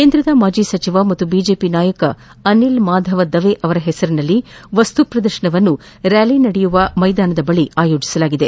ಕೇಂದ್ರದ ಮಾಜಿ ಸಚಿವ ಮತ್ತು ಬಿಜೆಪಿ ನಾಯಕ ಅನಿಲ್ ಮಾಧವ್ ದವೆ ಅವರ ಹೆಸರಿನಲ್ಲಿ ವಸ್ತು ಪ್ರದರ್ತನವನ್ನು ರ್ಕಾಲಿ ನಡೆಯುವ ಮೈದಾನದ ಬಳಿ ಆಯೋಜಿಸಲಾಗಿದೆ